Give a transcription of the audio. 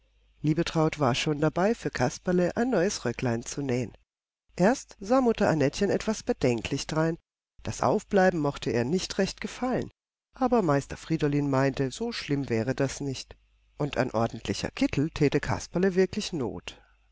liebetraut war schon dabei für kasperle ein neues röcklein zu nähen erst sah mutter annettchen etwas bedenklich drein das aufbleiben mochte ihr nicht recht gefallen aber meister friedolin meinte so schlimm wäre das nicht und ein ordentlicher kittel täte kasperle wirklich not